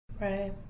Right